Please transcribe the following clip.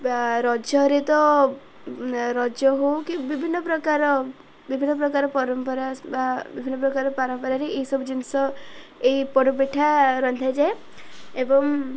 ବା ରଜ ହେରେ ତ ରଜ ହେଉ କି ବିଭିନ୍ନ ପ୍ରକାର ବିଭିନ୍ନ ପ୍ରକାର ପରମ୍ପରା ବା ବିଭିନ୍ନ ପ୍ରକାର ପାରମ୍ପରାରେ ଏଇସବୁ ଜିନିଷ ଏଇ ପୋଡ଼ପିଠା ରନ୍ଧାଯାଏ ଏବଂ